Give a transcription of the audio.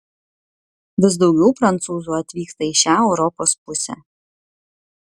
vis daugiau prancūzų atvyksta į šią europos pusę